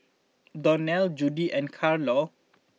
Donnell Judi and Carlo